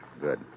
good